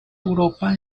europa